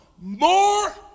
More